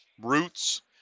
roots